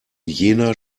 jener